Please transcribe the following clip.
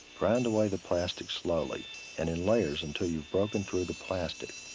grind away the plastic slowly and in layers until you broke into the plastic.